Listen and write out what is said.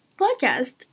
podcast